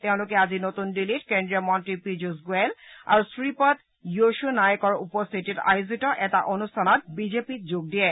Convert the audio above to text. তেওঁলোকে আজি নতুন দিল্লীত কেন্দ্ৰীয় মন্ত্ৰী পীয়ুষ গোৱেল আৰু শ্ৰীপদ য়শোনায়কৰ উপস্থিতিত আয়োজিত এটা অনুষ্ঠানত বিজেপিত যোগ দিয়ে